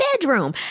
bedroom